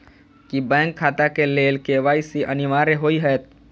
की bank खाता केँ लेल के.वाई.सी अनिवार्य होइ हएत?